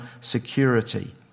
security